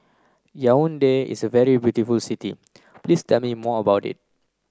Yaounde is a very beautiful city Please tell me more about it